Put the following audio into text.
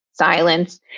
Silence